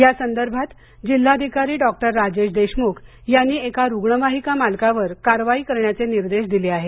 या संदर्भात जिल्हाधिकारी डॉक्टर राजेश देशमुख यांनी एका रुग्णवाहिका मालकावर कारवाई करण्याचे निर्देश दिले आहेत